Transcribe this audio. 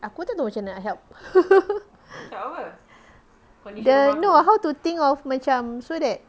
aku tak tahu camne nak help the no how to think of macam so that